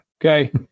okay